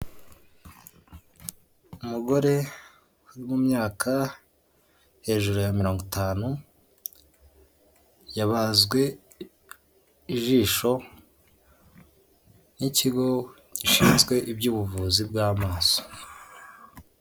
Umugore mu myaka hejuru ya mirongo itanu yabazwe ijisho n'ikigo gishinzwe iby'ubuvuzi bw'amaso.